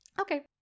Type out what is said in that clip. Okay